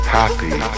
happy